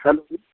hello